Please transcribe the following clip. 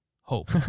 hope